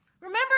Remember